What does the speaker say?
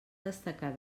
destacar